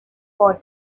for